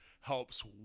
helps